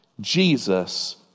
Jesus